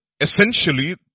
essentially